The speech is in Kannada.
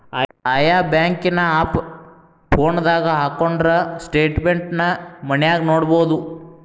ಆಯಾ ಬ್ಯಾಂಕಿನ್ ಆಪ್ ಫೋನದಾಗ ಹಕ್ಕೊಂಡ್ರ ಸ್ಟೆಟ್ಮೆನ್ಟ್ ನ ಮನ್ಯಾಗ ನೊಡ್ಬೊದು